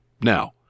Now